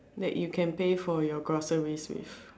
that you can pay for your groceries with